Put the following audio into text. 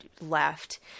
left